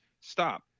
stop